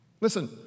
Listen